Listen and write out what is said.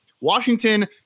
Washington